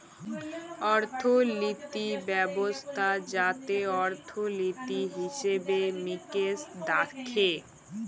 অর্থলিতি ব্যবস্থা যাতে অর্থলিতি, হিসেবে মিকেশ দ্যাখে